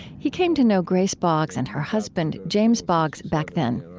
he came to know grace boggs and her husband james boggs back then.